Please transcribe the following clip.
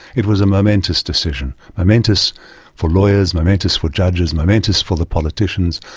it was a momentous decision, momentous for lawyers, momentous for judges, momentous for the politicians,